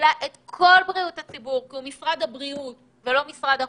כי הוא משרד הבריאות ולא משרד הקורונה.